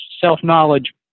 self-knowledge